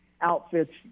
outfits